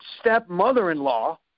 stepmother-in-law